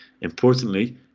Importantly